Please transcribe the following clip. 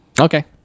okay